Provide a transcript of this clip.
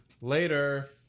Later